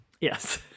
Yes